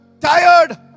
tired